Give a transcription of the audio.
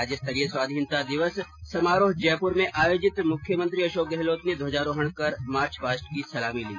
राज्य स्तरीय स्वाधीनता दिवस समारोह जयपुर में आयोजित मुख्यमंत्री अशोक गहलोत ने ध्वजारोहण कर मार्च पास्ट की सलामी ली